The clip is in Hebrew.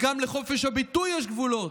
גם לחופש הביטוי יש גבולות.